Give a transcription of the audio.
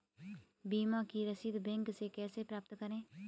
बीमा की रसीद बैंक से कैसे प्राप्त करें?